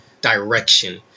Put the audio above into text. direction